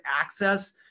access